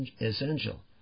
essential